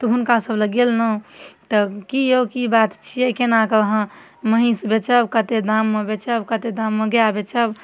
तऽ हुनका सब लग गेलहुॅं तऽ की यौ की बात छियै केना कऽ अहाँ महीष बेचब कते दाममे बेचब कते दाममे गाय बेचब